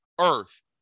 earth